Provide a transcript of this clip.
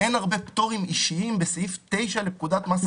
אין הרבה פטורים אישיים בסעיף 9 לפקודת מס הכנסה.